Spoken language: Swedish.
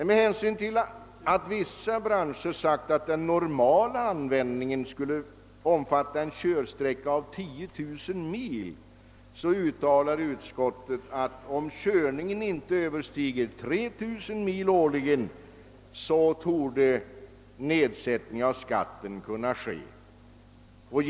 Med hänsyn till att vissa branscher angivit att fordonen normalt skulle ha en körsträcka av cirka 10 000 mil per år uttalar utskottet att nedsättning av skatten torde kunne komma i fråga, om körsträckan inte överstiger 3 000 mil årligen.